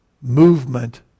movement